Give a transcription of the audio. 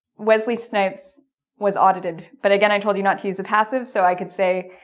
wesley snipes was audited but again i told you not to use the passive so i could say